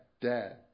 dad